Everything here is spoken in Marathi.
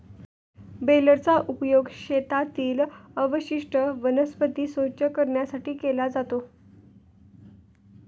बेलरचा उपयोग शेतातील अवशिष्ट वनस्पती स्वच्छ करण्यासाठी केला जातो